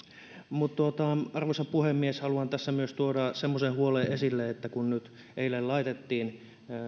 arvoisa puhemies haluan tässä myös tuoda semmoisen huolen esille että kun nyt eilen laitettiin